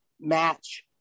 match